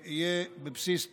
יהיה בבסיס התקציב.